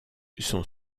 son